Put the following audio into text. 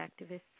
activists